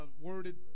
worded